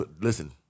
listen